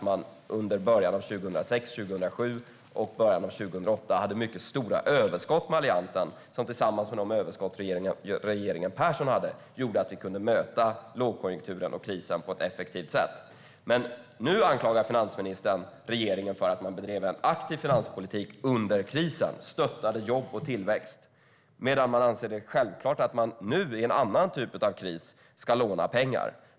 I början av 2006, 2007 och 2008 hade Alliansen mycket stora överskott, som tillsammans med de överskott som regeringen Persson hade gjorde att vi kunde möta lågkonjunkturen och krisen på ett effektivt sätt. Nu anklagar finansministern den borgerliga regeringen för att ha bedrivit en aktiv finanspolitik under krisen för att stötta jobb och tillväxt. Nu är det en annan typ av kris, och då ska man självklart låna pengar.